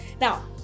Now